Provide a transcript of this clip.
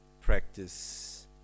practice